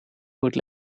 would